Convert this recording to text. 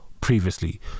previously